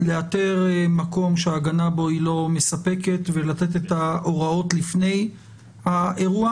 לאתר מקום שההגנה בו היא לא מספקת ולתת את ההוראות לפני האירוע?